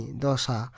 dosa